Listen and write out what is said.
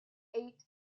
eight